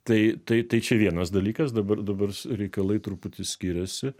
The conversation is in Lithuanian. tai tai tai čia vienas dalykas dabar dabar reikalai truputį skiriasi